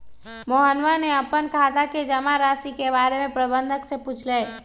मोहनवा ने अपन खाता के जमा राशि के बारें में प्रबंधक से पूछलय